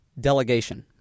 delegation